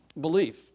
belief